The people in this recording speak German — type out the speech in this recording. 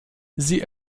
sie